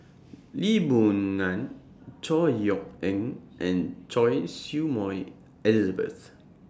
Lee Boon Ngan Chor Yeok Eng and Choy Su Moi Elizabeth